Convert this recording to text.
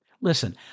Listen